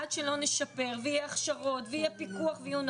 עד שלא נפשר ויהיו הכשרות ויהיו נהלים,